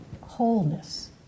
wholeness